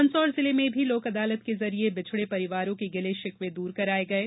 मंदसौर जिले में भी लोकअदालत के जरिये बिछडे परिवारों के गिले शिकवे दूर कराये गये